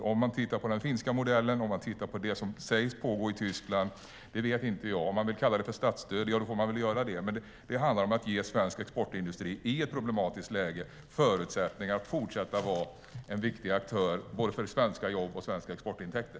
Man kan titta på den finska modellen och på det som sägs pågå i Tyskland, vilket jag inte vet. Om man vill kalla det för statsstöd får man göra det. Men det handlar om att i ett problematiskt läge ge svensk exportindustri förutsättningar att fortsätta vara en viktig aktör både för svenska jobb och för svenska exportintäkter.